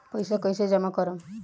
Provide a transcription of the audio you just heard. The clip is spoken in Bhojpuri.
पैसा कईसे जामा करम?